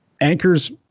Anchors